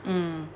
mm